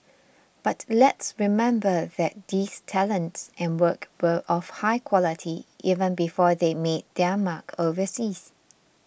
but let's remember that these talents and work were of high quality even before they made their mark overseas